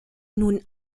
nun